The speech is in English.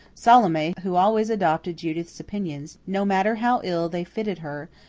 salome, who always adopted judith's opinions, no matter how ill they fitted her,